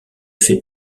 fait